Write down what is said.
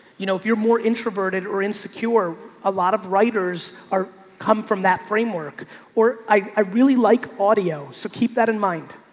you know if you're more introverted or insecure, a lot of writers are come from that framework or i really like audio, so keep that in mind,